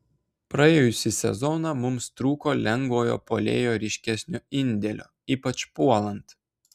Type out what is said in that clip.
praėjusį sezoną mums trūko lengvojo puolėjo ryškesnio indėlio ypač puolant